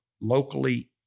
locally